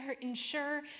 ensure